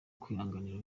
kwihanganira